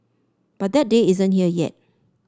but that day isn't here yet